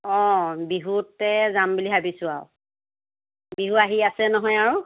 অঁ বিহুতে যাম বুলি ভাবিছোঁ আৰু বিহু আহি আছে নহয় আৰু